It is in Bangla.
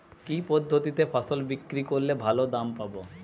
কি পদ্ধতিতে ফসল বিক্রি করলে ভালো দাম পাব?